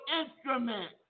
instrument